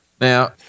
now